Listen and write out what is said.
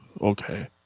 Okay